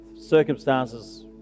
Circumstances